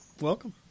Welcome